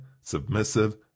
submissive